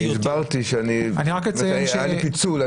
הסברתי שהיה לי פיצול.